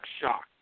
shocked